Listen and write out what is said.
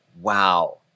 Wow